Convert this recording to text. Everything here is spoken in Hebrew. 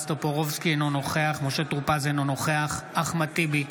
אינו נוכח משה טור פז, אינו נוכח אחמד טיבי,